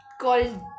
called